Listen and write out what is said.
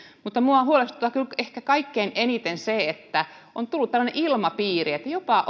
mutta minua huolestuttaa kyllä ehkä kaikkein eniten se että on tullut tällainen ilmapiiri että jopa